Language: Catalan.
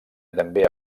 també